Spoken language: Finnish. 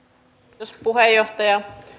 kiitos puheenjohtaja